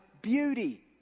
beauty